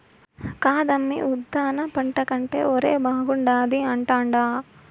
కాదమ్మీ ఉద్దాన పంట కంటే ఒరే బాగుండాది అంటాండా